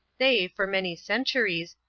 they, for many centuries,